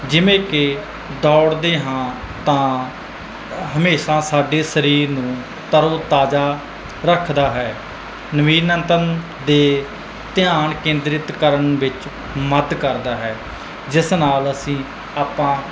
ਜਿਵੇਂ ਕਿ ਦੌੜਦੇ ਹਾਂ ਤਾਂ ਹਮੇਸ਼ਾ ਸਾਡੇ ਸਰੀਰ ਨੂੰ ਤਰੋ ਤਾਜ਼ਾ ਰੱਖਦਾ ਹੈ ਨਵੀਨਤਮ ਦੇ ਧਿਆਨ ਕੇਂਦਰਿਤ ਕਰਨ ਵਿੱਚ ਮਦਦ ਕਰਦਾ ਹੈ ਜਿਸ ਨਾਲ ਅਸੀਂ ਆਪਾਂ